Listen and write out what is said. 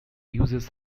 uses